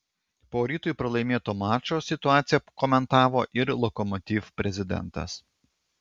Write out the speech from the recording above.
po rytui pralaimėto mačo situaciją komentavo ir lokomotiv prezidentas